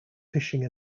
fishing